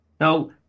Now